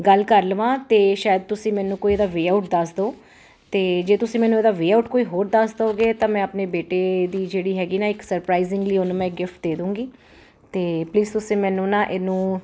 ਗੱਲ ਕਰ ਲਵਾਂ ਤਾਂ ਸ਼ਾਇਦ ਤੁਸੀਂ ਮੈਨੂੰ ਕੋਈ ਇਹਦਾ ਵੇ ਆਊਟ ਦੱਸ ਦੋ ਅਤੇ ਜੇ ਤੁਸੀਂ ਮੈਨੂੰ ਇਹਦਾ ਵੇ ਆਊਟ ਕੋਈ ਹੋਰ ਦੱਸ ਦਉਗੇ ਤਾਂ ਮੈਂ ਆਪਣੇ ਬੇਟੇ ਦੀ ਜਿਹੜੀ ਹੈਗੀ ਨਾ ਇੱਕ ਸਰਪਰਾਈਜਿੰਗ ਲਈ ਉਹਨੂੰ ਮੈਂ ਗਿਫਟ ਦੇ ਦਉਂਗੀ ਅਤੇ ਪਲੀਜ਼ ਤੁਸੀਂ ਮੈਨੂੰ ਨਾ ਇਹਨੂੰ